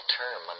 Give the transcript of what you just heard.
term